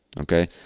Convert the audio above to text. okay